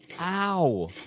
Ow